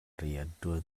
rianṭuan